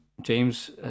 James